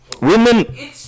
women